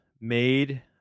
made